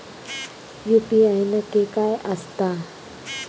UPI नक्की काय आसता?